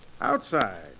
Outside